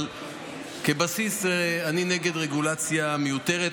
אבל כבסיס אני נגד רגולציה מיותרת,